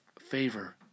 favor